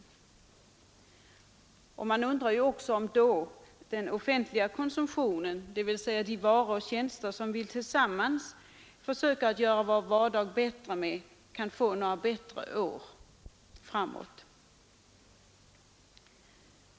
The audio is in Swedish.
Man undrar också om den offentliga konsumtionen — dvs. de varor och tjänster som vi tillsammans försöker göra vår vardag bättre med — kan få några bättre år.